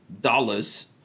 dollars